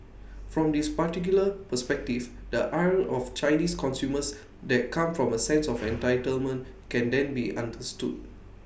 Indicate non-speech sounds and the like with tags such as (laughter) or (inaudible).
from this particular perspective the ire of Chinese consumers that come from A sense (noise) of entitlement can then be understood